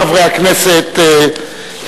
חברי הכנסת,